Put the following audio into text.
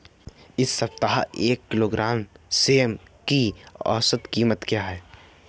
इस सप्ताह एक किलोग्राम सेम की औसत कीमत क्या है?